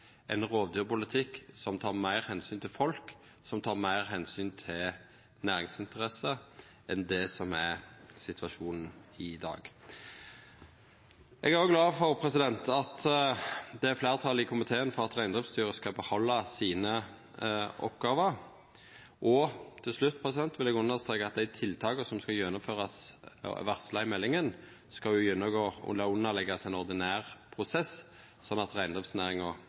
som tek meir omsyn til folk, og som tek meir omsyn til næringsinteresser enn det som er situasjonen i dag. Eg er òg glad for at det er eit fleirtal i komiteen for at Reindriftsstyret skal behalda oppgåvene sine. Og til slutt vil eg understreka at dei tiltaka som det er varsla i meldinga skal gjennomførast, skal underleggjast ein ordinær prosess, slik at